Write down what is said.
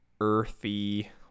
earthy